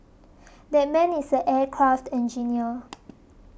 that man is an aircraft engineer